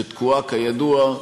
שתקועה, כידוע,